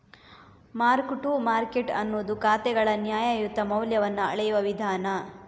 mark to market ಅನ್ನುದು ಖಾತೆಗಳ ನ್ಯಾಯಯುತ ಮೌಲ್ಯವನ್ನ ಅಳೆಯುವ ವಿಧಾನ